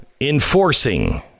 enforcing